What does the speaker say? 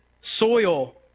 soil